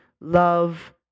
love